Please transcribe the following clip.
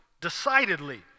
decidedly